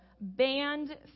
banned